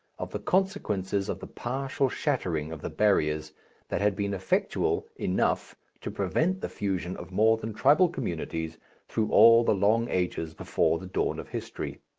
of the consequences of the partial shattering of the barriers that had been effectual enough to prevent the fusion of more than tribal communities through all the long ages before the dawn of history.